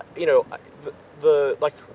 you know the, like,